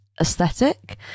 aesthetic